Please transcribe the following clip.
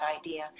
idea